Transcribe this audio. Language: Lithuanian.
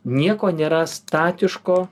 nieko nėra statiško